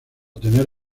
tener